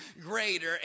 greater